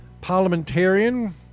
parliamentarian